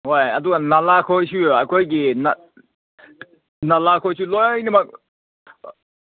ꯍꯣꯏ ꯑꯗꯨꯒ ꯅꯥꯂꯥ ꯈꯣꯏꯁꯨ ꯑꯩꯈꯣꯏꯒꯤ ꯅꯥꯂꯥ ꯈꯣꯏꯁꯨ ꯂꯣꯏꯅꯃꯛ